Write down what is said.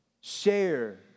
share